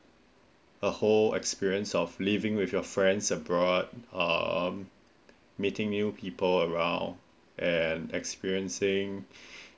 a whole experience of living with your friends abroad um meeting new people around and experiencing